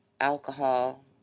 alcohol